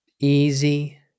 easy